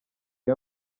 iyo